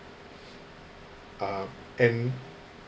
uh and